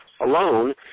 alone